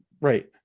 Right